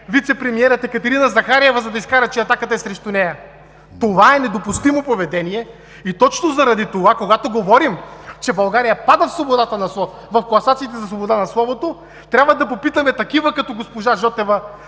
вицепремиерът Екатерина Захариева, за да изкара, че атака е срещу нея. Това е недопустимо поведение и точно заради това, когато говорим, че България пада в класациите за свободата на словото, трябва да попитаме такива като госпожа Жотева,